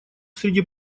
среди